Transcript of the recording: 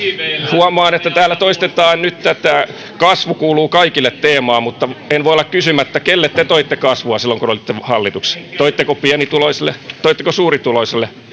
huomaan että täällä toistetaan nyt tätä kasvu kuuluu kaikille teemaa mutta en voi olla kysymättä kelle te toitte kasvua silloin kun olitte hallituksessa toitteko pienituloisille toitteko suurituloisille